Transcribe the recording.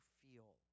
feel